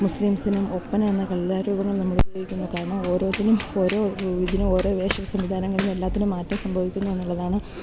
മുസ്ലിംസിനും ഒപ്പന എന്ന കലാരൂപം നമ്മൾ ഉപയോഗിക്കുന്നു കാരണം ഓരോത്തിനും ഓരോ ഇതിനും ഓരോ വേഷ സംവിധാനങ്ങളിലും എല്ലാത്തിനും മാറ്റം സംഭവിക്കുന്നു എന്നുള്ളതാണ്